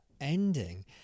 ending